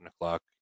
o'clock